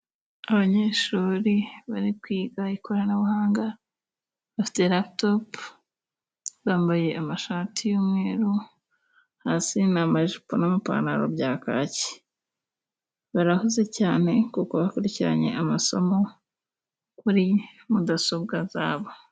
Abanyeshuri bari kwiga ikoranabuhanga bafite laputopu, bambaye amashati y'umweru hasi ni amajipo n'amapantaro bya kaki, barahuze cyane kuko bakurikiranye amasomo kuri mudasobwa zabo.